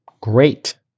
Great